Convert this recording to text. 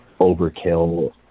overkill